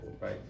right